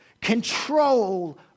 control